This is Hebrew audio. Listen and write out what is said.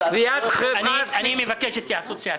אני מבקש התייעצות סיעתית.